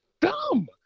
dumb